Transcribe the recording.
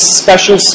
special